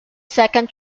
second